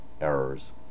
errors